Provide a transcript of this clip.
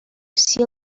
sea